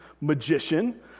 magician